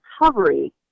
recovery